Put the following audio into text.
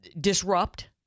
disrupt